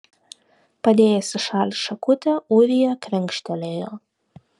padėjęs į šalį šakutę ūrija krenkštelėjo